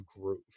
groove